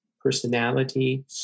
personality